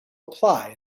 apply